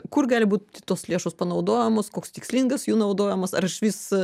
kur gali būt tos lėšos panaudojamos koks tikslingas jų naudojamas ar iš vis